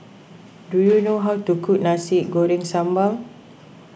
do you know how to cook Nasi Goreng Sambal